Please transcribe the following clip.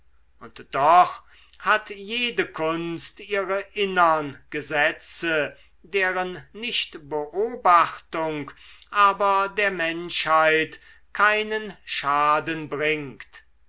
und doch hat jede kunst ihre innern gesetze deren nichtbeobachtung aber der menschheit keinen schaden bringt